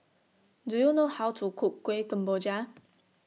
Do YOU know How to Cook Kuih Kemboja